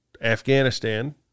Afghanistan